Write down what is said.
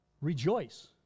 Rejoice